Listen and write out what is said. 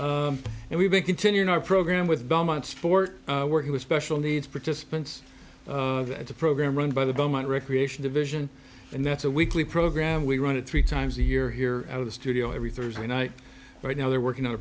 big and we've been continuing our program with belmont sport working with special needs participants at the program run by the belmont recreation division and that's a weekly program we run it three times a year here at the studio every thursday night right now they're working on a